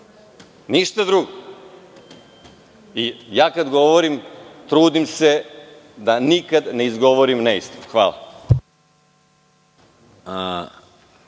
ništa drugo. Kad govorim, trudim se da nikad ne izgovorim neistinu. Hvala.